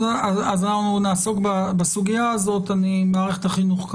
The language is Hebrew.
אנחנו נעסוק בסוגיה הזאת במערכת החינוך,